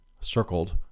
circled